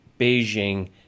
Beijing